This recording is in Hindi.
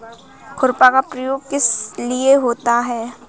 खुरपा का प्रयोग किस लिए होता है?